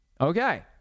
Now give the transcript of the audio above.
okay